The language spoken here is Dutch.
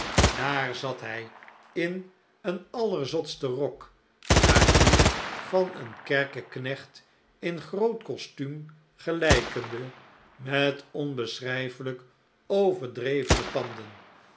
daar zat hij in een allerzotsten rok naar dien van een kerkeknecht in groot kostuum gelijkende met onbeschrijfelijk overdrevene panden